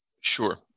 Sure